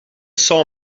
saw